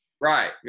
Right